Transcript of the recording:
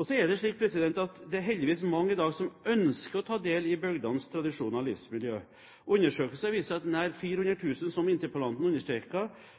Heldigvis er det mange i dag som ønsker å ta del i bygdenes tradisjoner og livsmiljø. Undersøkelser viser at nær 400 000, som interpellanten